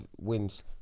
wins